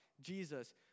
Jesus